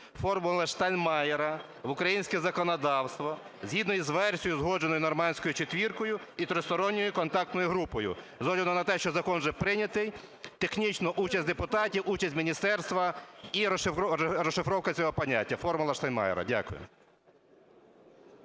"формули Штайнмайєра" в українське законодавство згідно із версією, узгодженою "нормандською четвіркою" і Тристоронньою контактною групою, з огляду на те, що закон вже прийнятий. Технічно участь депутатів, участь міністерства і розшифровка цього поняття – "формула Штайнмайєра". Дякую.